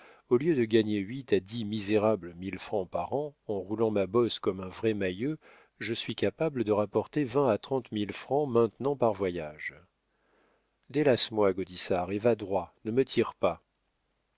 au lieu de gagner huit à dix misérables mille francs par an en roulant ma bosse comme un vrai mayeux je suis capable de rapporter vingt à trente mille francs maintenant par voyage délace moi gaudissart et va droit ne me tire pas